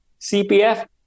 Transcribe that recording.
CPF